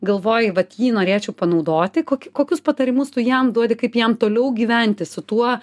galvoji vat jį norėčiau panaudoti kokį kokius patarimus jam duodi kaip jam toliau gyventi su tuo